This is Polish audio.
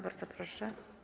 Bardzo proszę.